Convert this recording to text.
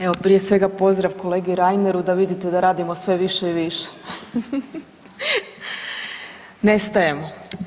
Evo prije svega pozdrav kolegi Reineru da vidite da radimo sve više i više, ne stajemo.